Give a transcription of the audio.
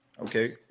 okay